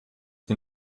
den